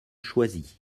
choisis